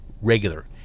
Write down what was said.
Regular